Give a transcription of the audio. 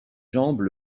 jambes